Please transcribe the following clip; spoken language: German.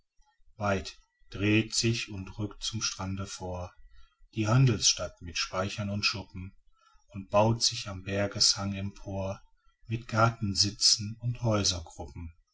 weit dehnt sich und rückt zum strande vor die handelsstadt mit speichern und schuppen und baut sich am bergeshang empor mit gartensitzen und